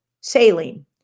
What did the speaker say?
saline